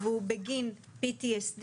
והוא בגין PTSD,